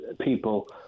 people